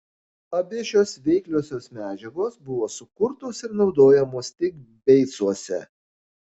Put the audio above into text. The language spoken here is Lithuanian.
abi šios veikliosios medžiagos buvo sukurtos ir naudojamos tik beicuose